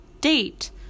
date